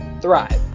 Thrive